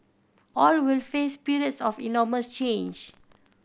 all will face periods of enormous change